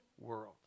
world